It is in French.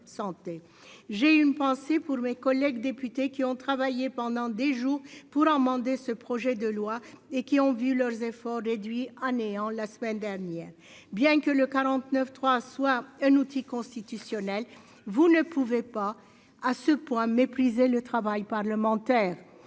j'ai une pensée pour mes collègues députés, qui ont travaillé pendant des jours pour amender ce projet de loi et qui ont vu leurs efforts réduits à néant la semaine dernière, bien que le 49 3 un outil constitutionnel, vous ne pouvez pas à ce point mépriser le travail parlementaire